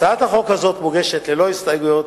הצעת החוק הזאת מוגשת ללא הסתייגויות,